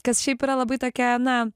kas šiaip yra labai tokia na